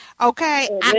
Okay